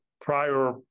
prior